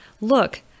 look